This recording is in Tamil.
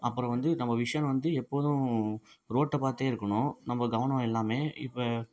அப்புறம் வந்து நம்ப விஷன் வந்து எப்போதும் ரோட்டை பார்த்தே இருக்கணும் நம்ப கவனம் எல்லாமே இப்போ